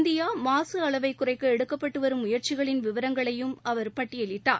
India மாசு அளவை குறைக்க எடுக்கப்பட்டு வரும் முயற்சிகளின் விவரங்களையும் அவர் பட்டியலிட்டார்